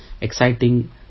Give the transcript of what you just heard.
exciting